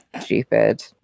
Stupid